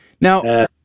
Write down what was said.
Now